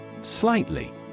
Slightly